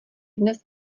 dnes